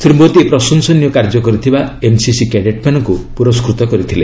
ଶ୍ରୀ ମୋଦି ପ୍ରଶଂସନୀୟ କାର୍ଯ୍ୟ କରିଥିବା ଏନ୍ସିସି କ୍ୟାଡେଟ୍ମାନଙ୍କୁ ପୁରସ୍କୃତ କରିଥିଲେ